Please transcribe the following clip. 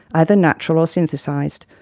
either natural or synthesised.